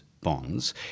bonds